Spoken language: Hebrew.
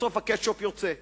בסוף הקטשופ יוצא,